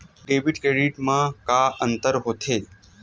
Debit credit मा का अंतर होत हे?